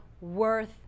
worth